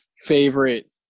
favorite